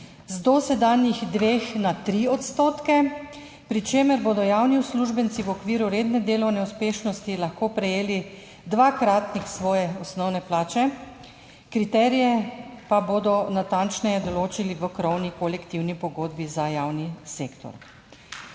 dosedanjih 2 na 3 odstotke, pri čemer bodo javni uslužbenci v okviru redne delovne uspešnosti lahko prejeli dvakratnik svoje osnovne plače, kriterije pa bodo natančneje določili v krovni kolektivni pogodbi za javni sektor.